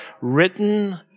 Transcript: written